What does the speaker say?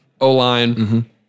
O-line